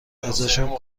ازشون